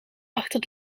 achter